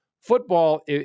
Football